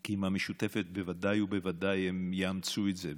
כי המשותפת בוודאי ובוודאי יאמצו את זה,